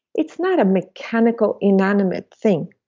it's not a mechanical inanimate thing.